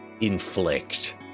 inflict